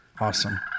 Awesome